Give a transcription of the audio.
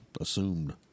assumed